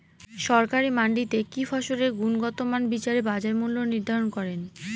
সরকারি মান্ডিতে কি ফসলের গুনগতমান বিচারে বাজার মূল্য নির্ধারণ করেন?